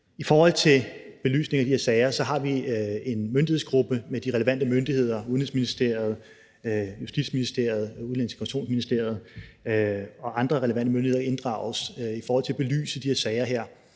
I forhold til belysning af de her sager har vi en myndighedsgruppe, med de relevante myndigheder; Udenrigsministeriet, Justitsministeriet, Udlændinge- og Integrationsministeriet og andre relevante myndigheder inddrages for at belyse de her sager,